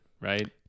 Right